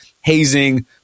hazing